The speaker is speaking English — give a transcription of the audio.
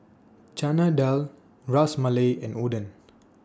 Chana Dal Ras Malai and Oden